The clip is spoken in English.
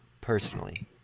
personally